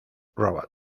robot